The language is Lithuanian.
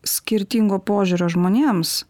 skirtingo požiūrio žmonėms